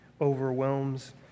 overwhelms